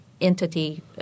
entity